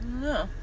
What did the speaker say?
No